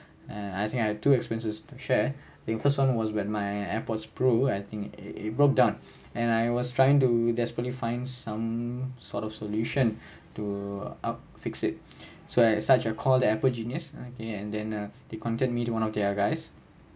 and I think I had two experiences to share the first one was when my air pods pro I think it it broke down and I was trying to desperately find some sort of solution to up fix it so I such as call the apple genius I think and then uh they contact me one of their guys